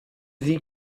sie